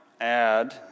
add